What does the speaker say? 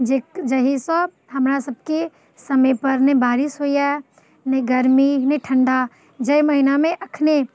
जे जहिसँ हमरा सभके समय पर नहि बारिश होइया नहि गरमी नहि ठण्डा जाहि महिनामे एखने